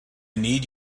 need